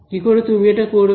কি করে তুমি এটা করবে